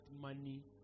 money